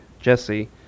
Jesse